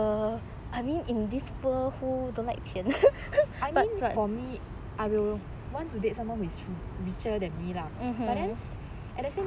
I mean for me I will want to date someone who is richer than me lah but then